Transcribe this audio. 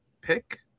pick